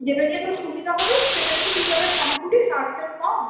যেটা নিয়ে তোর সুবিধা হবে সেটা নিয়েই তুই তাহলে ফর্ম তুলিস আর্টসের ফর্ম